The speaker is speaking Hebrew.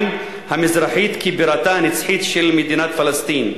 המזרחית כבירתה הנצחית של מדינת פלסטין.